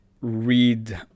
read